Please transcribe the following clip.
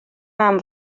mam